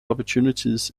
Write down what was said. opportunities